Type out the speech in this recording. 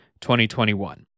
2021